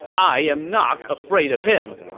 i'm not afraid of him!